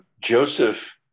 Joseph